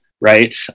right